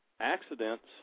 accidents